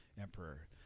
emperor